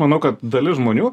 manau kad dalis žmonių